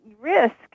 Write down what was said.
risk